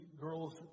girls